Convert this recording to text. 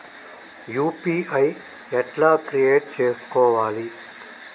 UPI ఎట్లా create చేసుకోవాలి?